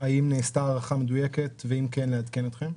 אם נעשתה הערכה מדויקת, ואם כן, נעדכן אתכם.